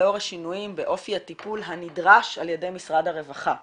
לאור השינויים באופי הטיפול הנדרש על ידי משרד הרווחה עצמו,